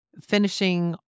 finishing